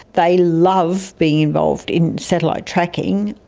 they love being involved in satellite tracking.